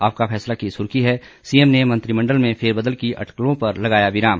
आपका फैसला की सुर्खी है सीएम ने मंत्रिमंडल में फेरबदल की अटकलों पर लगाया विराम